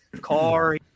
car